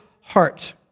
heart